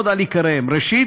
ואעמוד על עיקריהם, ראשית,